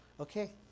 Okay